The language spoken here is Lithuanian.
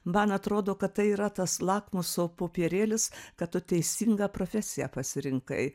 man atrodo kad tai yra tas lakmuso popierėlis kad tu teisingą profesiją pasirinkai